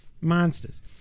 Monsters